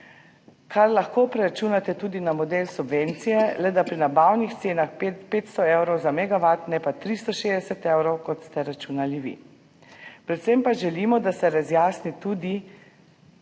kar lahko preračunate tudi na model subvencije, le da pri nabavnih cenah 500 evrov za megavat, ne pa 360 evrov, kot ste računali vi. Predvsem pa želimo, da se razjasni tudi,